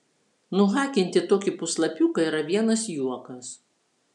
nuhakinti tokį puslapiuką yra vienas juokas